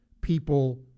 people